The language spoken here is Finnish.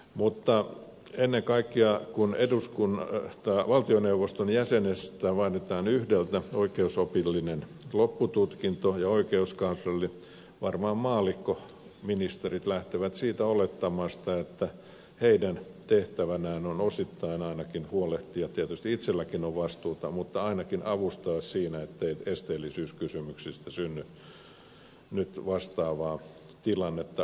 mutta ennen kaikkea kun valtioneuvoston jäsenistä yhdeltä ja oikeuskanslerilta vaaditaan oikeusopillinen loppututkinto niin maallikkoministerit varmaan lähtevät siitä olettamasta että näiden tehtävänä on ainakin osittain huolehtia tietysti itselläkin on vastuuta mutta ainakin avustaa siinä ettei esteellisyyskysymyksistä synny vastaavaa tilannetta uudestaan